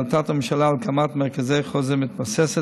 החלטת הממשלה על הקמת מרכזי חוסן מתבססת